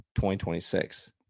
2026